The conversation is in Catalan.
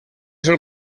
sol